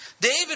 David